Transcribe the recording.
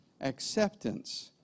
acceptance